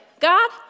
God